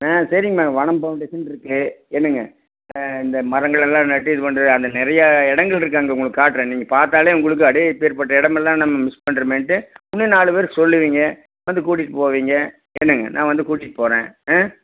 ஆ சரிங்கமா வனம் ஃபவுண்டேஷன் இருக்குது என்னங்க இந்த மரங்களெல்லாம் நட்டு இது பண்ணுறது அந்த நிறையா இடங்கள் இருக்குது அங்கே உங்களுக்கு காட்டுறேன் நீங்கள் பார்த்தாலே உங்களுக்கு அடே இப்பேர்பட்ட இடமெல்லாம் நம்ம மிஸ் பண்ணுறமேன்ட்டு இன்னும் நாலு பேருக்கு சொல்லுவீங்க வந்து கூட்டிகிட்டு போவீங்க என்னங்க நான் வந்து கூட்டிகிட்டு போகிறேன் ஆ நான்